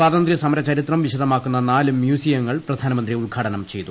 സ്വാതന്ത്ര്യ സമര ചരിത്രം വിശദമാക്കുന്നു നാല് മ്യൂസിയങ്ങൾ പ്രധാനമന്ത്രി ഉദ്ഘാട്ടതും ചെയ്തു